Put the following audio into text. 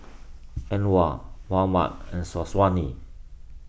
Anuar Muhammad and Syazwani